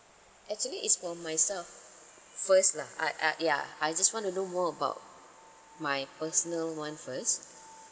actually it's for myself first lah I I ya I just want to know more about my personal one first